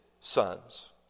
sons